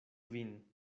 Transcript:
vin